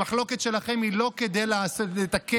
המחלוקת שלכם היא לא כדי לתקן,